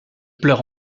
pleure